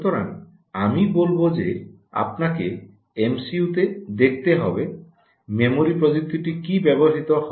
সুতরাং আমি বলব যে আপনাকে এমসইউতে দেখতে হবে মেমোরি প্রযুক্তিটি কী ব্যবহৃত হয়